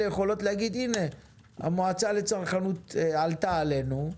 יכולות להגיד: הנה המועצה לצרכנות עלתה עלינו,